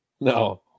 No